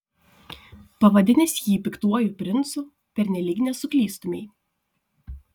pavadinęs jį piktuoju princu pernelyg nesuklystumei